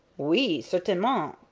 oui, certainment!